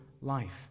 life